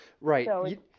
Right